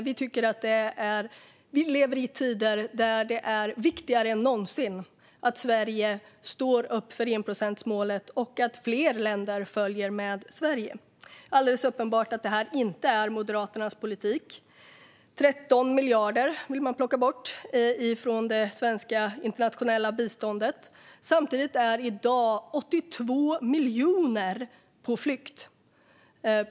Vi lever i tider där det är viktigare än någonsin att Sverige står upp för enprocentsmålet och att fler länder följer med Sverige. Det är alldeles uppenbart att det inte är Moderaternas politik. Man vill plocka bort 13 miljarder från det svenska internationella biståndet. Samtidigt är i dag 82 miljoner på flykt.